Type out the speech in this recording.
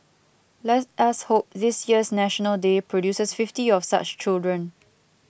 let us hope this year's National Day produces fifty of such children